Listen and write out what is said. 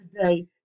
today